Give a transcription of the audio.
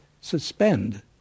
suspend